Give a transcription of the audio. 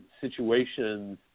situations